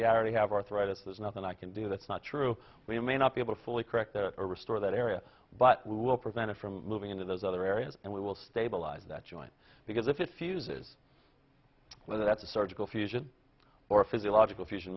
arity have arthritis there's nothing i can do that's not true we may not be able to fully correct or restore that area but we will prevent it from moving into those other areas and we will stabilize that joint because if its uses whether that's a surgical fusion or physiological fusion